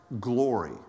glory